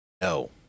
No